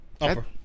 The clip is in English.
Upper